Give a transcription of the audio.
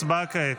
הצבעה כעת.